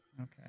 Okay